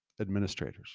administrators